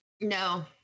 No